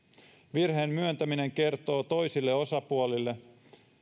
virheen myöntäminen kertoo toisille osapuolille